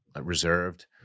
reserved